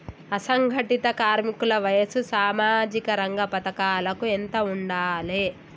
అసంఘటిత కార్మికుల వయసు సామాజిక రంగ పథకాలకు ఎంత ఉండాలే?